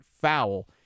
foul